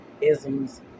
isms